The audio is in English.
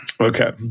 Okay